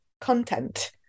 content